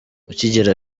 ukigera